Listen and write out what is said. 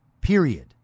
Period